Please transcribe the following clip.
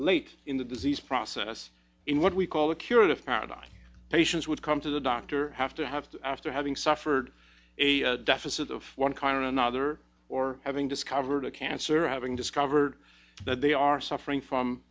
late in the disease process in what we call the curative paradox patients would come to the doctor have to have after having suffered a deficit of one kind or another or having discovered a cancer or having discovered that they are suffering from